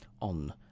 on